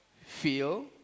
feel